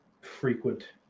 frequent